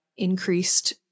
Increased